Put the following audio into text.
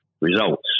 results